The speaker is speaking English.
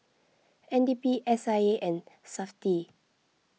N D P S I A and SAFTI